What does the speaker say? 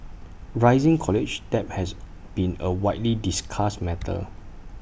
rising college debt has been A widely discussed matter